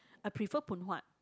I prefer Phoon Huat